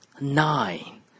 nine